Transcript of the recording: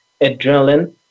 adrenaline